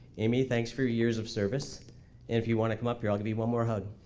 amy thanks for your years of service and if you want to come up here i'll give you one more hug.